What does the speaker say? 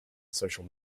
social